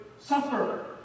suffer